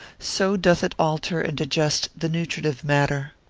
so doth it alter and digest the nutritive matter.